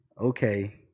Okay